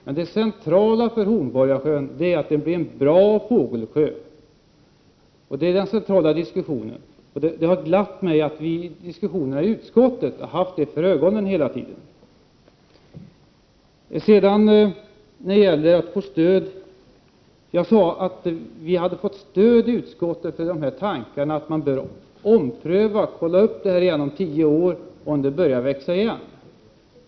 Men det centrala för Hornborgasjön är att det blir en bra fågelsjö, och det har glatt mig att utskottet i diskussionerna hela tiden haft detta för ögonen. Jag sade att miljöpartiet hade fått stöd i utskottet för tankarna på att det bör göras en omprövning om tio år för att se om sjön börjar växa igen.